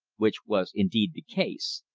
which was indeed the case,